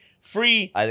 free